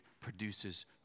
produces